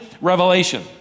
revelation